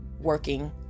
working